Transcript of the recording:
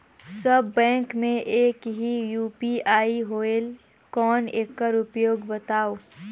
सब bank मे एक ही यू.पी.आई होएल कौन एकर उपयोग बताव?